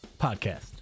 Podcast